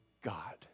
God